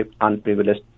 unprivileged